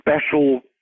special